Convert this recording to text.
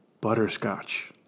butterscotch